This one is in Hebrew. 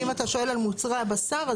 ואם אתה שואל על מוצרי הבשר,